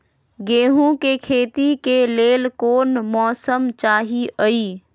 गेंहू के खेती के लेल कोन मौसम चाही अई?